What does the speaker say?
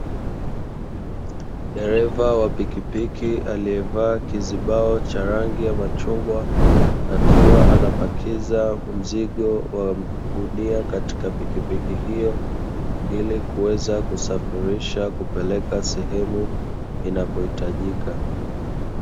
Dereva wa pikipiki alievaa kizibao cha rangi ya machungwa akiwa anapakiza mzigo wa gunia katika pikipiki hiyo, ili kuweza kusafirisha kupeleka sehemu inakohitajika.